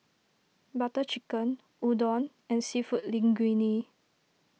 Butter Chicken Udon and Seafood Linguine